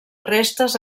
restes